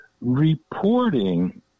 Reporting